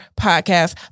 podcast